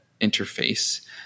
interface